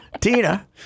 Tina